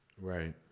Right